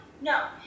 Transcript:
No